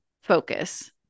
focus